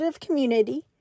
community